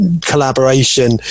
collaboration